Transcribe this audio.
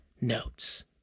notes